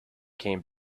came